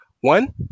One